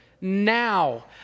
now